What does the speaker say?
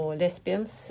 lesbians